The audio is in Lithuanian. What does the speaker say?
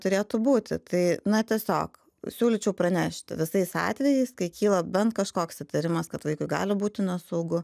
turėtų būti tai na tiesiog siūlyčiau pranešti visais atvejais kai kyla bent kažkoks įtarimas kad vaikui gali būti nesaugu